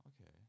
Okay